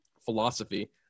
philosophy